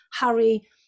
harry